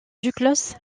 duclos